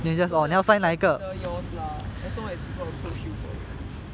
so that will be considered yours lah as long as people approach you for it